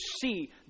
see